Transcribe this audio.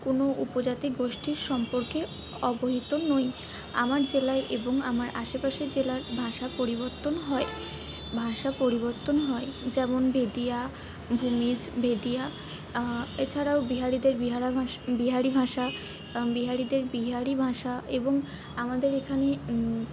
কোনো উপজাতি গোষ্ঠীর সম্পর্কে অবহিত নই আমার জেলায় এবং আমার আশেপাশে জেলার ভাষা পরিবত্তন হয় ভাষা পরিবত্তন হয় যেমন বেদিয়া ভূমিজ ভেদিয়া এছাড়াও বিহারিদের বিহারা ভাষা বিহারি ভাষা বিহারিদের বিহারি ভাষা এবং আমাদের এখানে